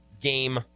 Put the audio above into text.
game